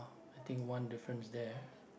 I think one difference there